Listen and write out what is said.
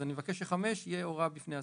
אני מבקש שתקנת משנה (5) תהיה הוראה בפני עצמה.